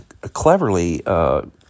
cleverly